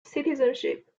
citizenship